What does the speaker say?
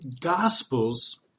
gospels